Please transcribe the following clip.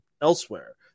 elsewhere